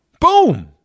boom